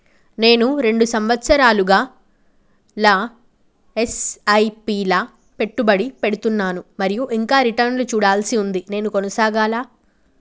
నేను రెండు సంవత్సరాలుగా ల ఎస్.ఐ.పి లా పెట్టుబడి పెడుతున్నాను మరియు ఇంకా రిటర్న్ లు చూడాల్సి ఉంది నేను కొనసాగాలా?